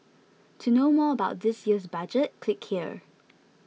to know more about this year's Budget click here